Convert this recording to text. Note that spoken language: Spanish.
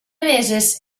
meses